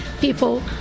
people